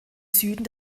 süden